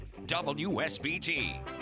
WSBT